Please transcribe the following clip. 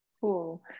Cool